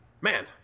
Man